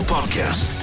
Podcast